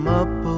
up